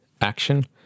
action